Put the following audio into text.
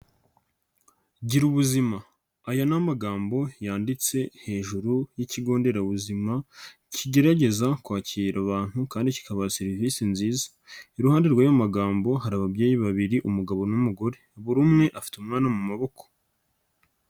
Girubuzima. Aya ni amagambo yanditse hejuru y'ikigo nderabuzima, kigerageza kwakira abantu kandi kikabaha serivisi nziza. Iruhande rw'ayo magambo hari ababyeyi babiri, umugabo n'umugore. Buri umwe afite umwana mu maboko.